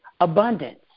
abundance